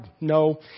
No